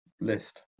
list